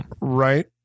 right